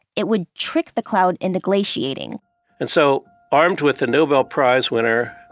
it would trick the cloud into glaciating and so, armed with a nobel prize winner,